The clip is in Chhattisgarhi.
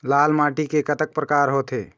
लाल माटी के कतक परकार होथे?